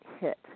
hit